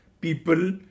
People